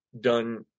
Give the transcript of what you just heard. done